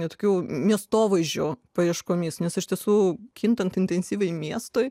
jokių miestovaizdžio paieškomis nes iš tiesų kintant intensyviai miestui